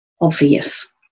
obvious